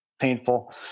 painful